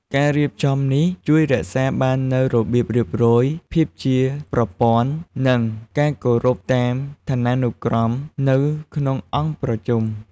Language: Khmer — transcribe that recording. ការរៀបចំនេះជួយរក្សាបាននូវរបៀបរៀបរយ ភាពជាប្រព័ន្ធ និងការគោរពតាមឋានានុក្រមនៅក្នុងអង្គប្រជុំ។